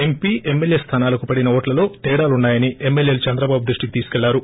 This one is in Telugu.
ఎంపీ ఎమ్మెల్యే స్థానాలకు పడిన ఓట్లలో తేడాలున్నాయని ఎమ్మెల్యేలు చంద్రబాబు దృష్టికి తీసుకెల్లారు